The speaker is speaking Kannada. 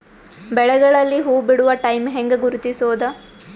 ಬೆಳೆಗಳಲ್ಲಿ ಹೂಬಿಡುವ ಟೈಮ್ ಹೆಂಗ ಗುರುತಿಸೋದ?